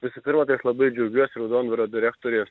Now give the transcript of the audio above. visų pirma tai aš labai džiaugiuosi raudondvario direktorės